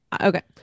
okay